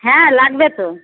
হ্যাঁ লাগবে তো